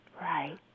Right